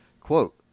quote